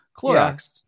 Clorox